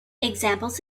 examples